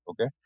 Okay